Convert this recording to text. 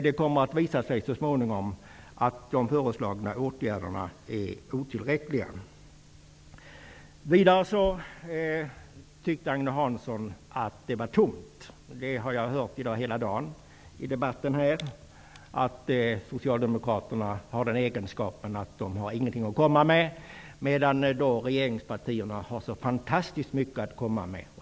Det kommer att visa sig så småningom att de föreslagna åtgärderna är otillräckliga. Vidare tycker Agne Hansson att vi är tomhänta. Jag har hela dagen i debatten här hört att Socialdemokraterna har den egenskapen att de inte har någonting att komma med, men att regeringspartierna har så fantastiskt mycket.